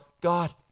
God